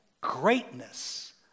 greatness